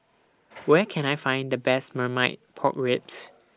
Where Can I Find The Best Marmite Pork Ribs